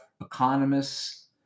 economists